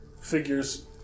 figures